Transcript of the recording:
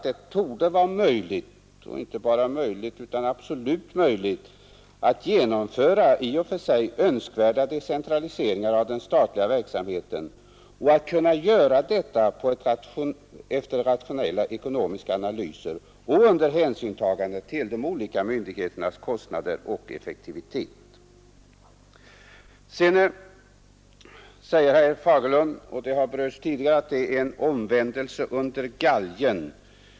Det bör vara möjligt att genomföra i och för sig önskvärda decentraliseringar av den statliga verksamheten och att göra detta efter rationella ekonomiska analyser och under hänsynstagande till de olika myrdigheternas kostnader och effektivitet. Herr Fagerlund säger vidare — och det har berörts tidigare — att det är en omvändelse under galgen.